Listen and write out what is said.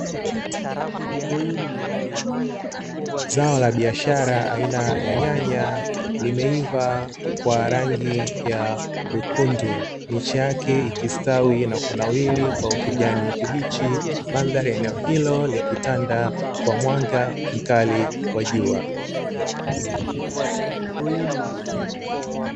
Zao la biashara aina ya nyanya limeiva kwa rangi ya wekundu, miche yake ikistawi na kunawiri kwa ukijani kibichi, mandhari ya eneo hilo likitanda kwa mwanga mkali wa jua.